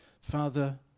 Father